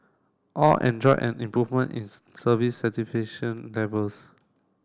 all enjoyed an improvement in service satisfaction levels